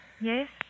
Yes